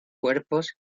cuerpos